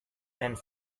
and